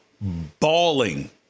bawling